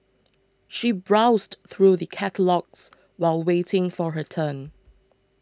she browsed through the catalogues while waiting for her turn